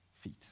feet